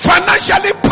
Financially